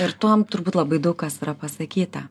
ir tuom turbūt labai daug kas yra pasakyta